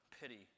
pity